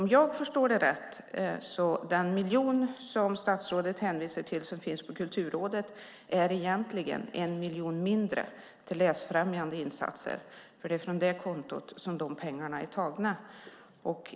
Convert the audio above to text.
Om jag förstår det rätt är den miljon som statsrådet hänvisar till och som finns på Kulturrådet egentligen 1 miljon mindre till läsfrämjande insatser, för det är från det kontot som dessa pengar är tagna.